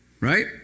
Right